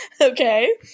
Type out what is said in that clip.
Okay